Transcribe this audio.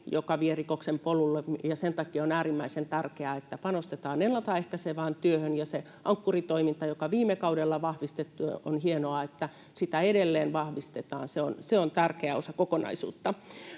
joka vie rikoksen polulle. Sen takia on äärimmäisen tärkeää, että panostetaan ennalta ehkäisevään työhön, ja on hienoa, että sitä Ankkuri-toimintaa, joka viime kaudella vahvistettiin, edelleen vahvistetaan. Se on tärkeä osa kokonaisuutta.